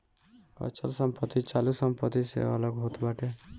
अचल संपत्ति चालू संपत्ति से अलग होत बाटे